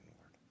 Lord